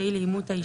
להצבעה על